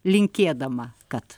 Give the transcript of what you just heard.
linkėdama kad